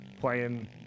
playing